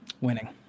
Winning